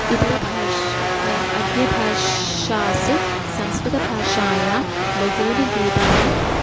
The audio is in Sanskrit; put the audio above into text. इतरभाषा अन्यभाषासु संस्कृतभाषायां बहूनि गीतानि